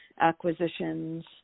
acquisitions